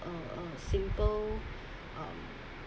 a a simple um